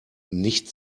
nicht